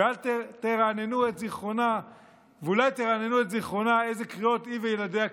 ואולי תרעננו את זיכרונה איזה קריאות היא וילדיה קיבלו,